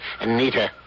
Anita